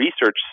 research